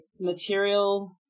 material